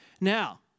Now